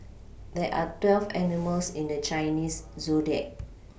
there are twelve animals in the Chinese zodiac